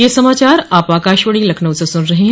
ब्रे क यह समाचार आप आकाशवाणी लखनऊ से सुन रहे हैं